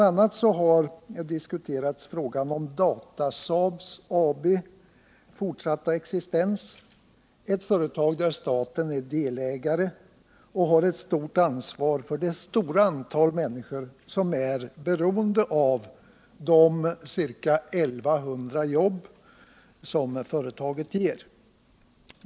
a. har frågan om Datasaab AB:s fortsatta existens diskuterats. Det är ett företag i vilket staten är delägare och har ett stort ansvar för de många människor som är beroende av de ca 1 100 jobb som företaget ger.